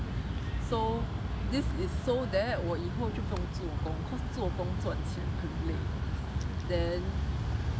so this is so that 我以后就不用作工 cause 做工赚钱很累 then